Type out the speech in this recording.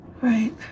Right